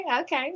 okay